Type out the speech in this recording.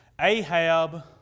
Ahab